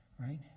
right